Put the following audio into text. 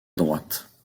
droite